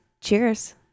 Cheers